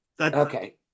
Okay